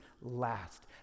last